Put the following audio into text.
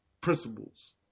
principles